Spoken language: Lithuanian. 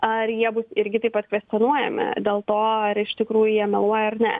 ar jie bus irgi taip pat kvestionuojami dėl to ar iš tikrųjų jie meluoja ar ne